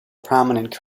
prominent